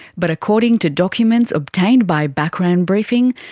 but according to documents obtained by background briefing,